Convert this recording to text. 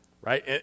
right